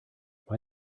why